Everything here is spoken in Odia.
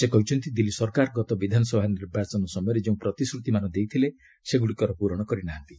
ସେ କହିଛନ୍ତି ଦିଲ୍ଲୀ ସରକାର ଗତ ବିଧାନସଭା ନିର୍ବାଚନ ସମୟରେ ଯେଉଁ ପ୍ରତିଶ୍ରତିମାନ ଦେଇଥିଲେ ସେଗୁଡ଼ିକର ପୂରଣ କରିନାହାନ୍ତି